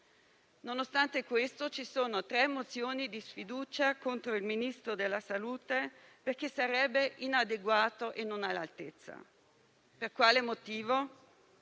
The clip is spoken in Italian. Nonostante questo, ci sono tre mozioni di sfiducia contro il Ministro della salute, perché sarebbe inadeguato e non all'altezza. Per quale motivo?